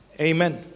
Amen